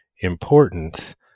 importance